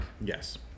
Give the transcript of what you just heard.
Yes